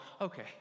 okay